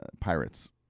pirates